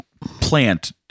plant